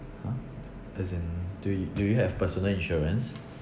!huh! as in do do you have personal insurance